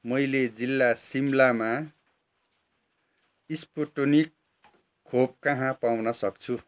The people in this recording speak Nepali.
मैले जिल्ला सिमलामा स्पुट्निक खोप कहाँ पाउन सक्छु